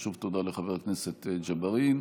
שוב תודה לחבר הכנסת ג'בארין.